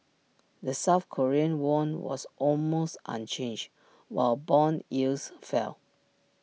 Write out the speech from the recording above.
the south Korean won was almost unchanged while Bond yields fell